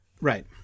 right